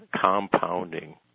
compounding